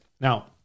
Now